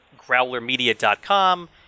growlermedia.com